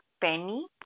penny